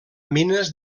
mines